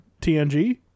TNG